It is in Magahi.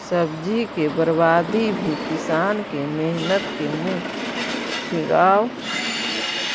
सब्जी के बर्बादी भी किसान के मेहनत के मुँह चिढ़ावऽ